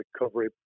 recovery